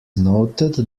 noted